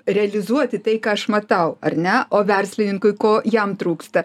realizuoti tai ką aš matau ar ne o verslininkui ko jam trūksta